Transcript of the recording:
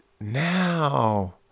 now